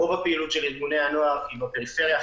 רוב הפעילות של ארגוני הנוער היא בפריפריה.